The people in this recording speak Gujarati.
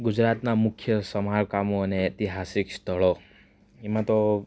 ગુજરાતના મુખ્ય સ્મારકો અને ઐતિહાસિક સ્થળો એમાં તો